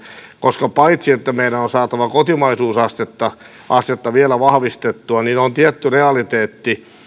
koska paitsi että meidän on saatava kotimaisuusastetta vielä vahvistettua on tietty realiteetti